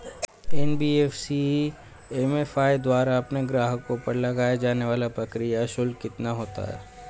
NBFC MFI द्वारा अपने ग्राहकों पर लगाए जाने वाला प्रक्रिया शुल्क कितना होता है?